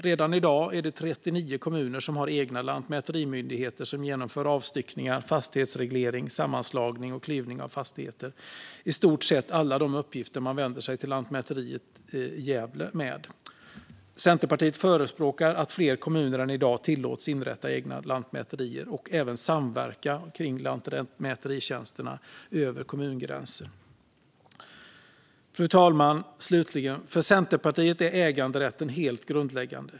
Redan i dag har 39 kommuner egna lantmäterimyndigheter som genomför avstyckningar, fastighetsreglering, sammanslagning och klyvning av fastigheter - i stort sett alla de uppgifter man annars vänder sig till Lantmäteriet i Gävle med. Centerpartiet förespråkar att fler kommuner än i dag ska tillåtas inrätta egna lantmäterier och även samverka kring lantmäteritjänsterna över kommungränserna. Fru talman! För Centerpartiet är äganderätten helt grundläggande.